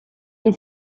est